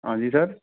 हाँ जी सर